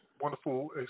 wonderful